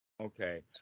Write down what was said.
Okay